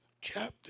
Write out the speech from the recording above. chapter